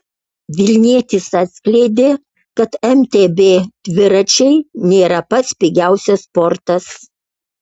vilnietis atskleidė kad mtb dviračiai nėra pats pigiausias sportas